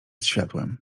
światłem